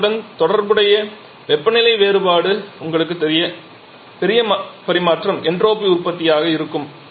வெப்பத்துடன் தொடர்புடைய வெப்பநிலை வேறுபாடு உங்களுக்குத் தெரியும் பெரிய பரிமாற்றம் என்ட்ரோபி உற்பத்தியாக இருக்கும்